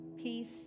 peace